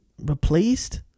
replaced